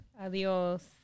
Adios